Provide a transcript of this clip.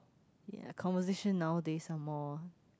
ye conversation nowadays are more